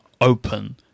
open